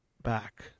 back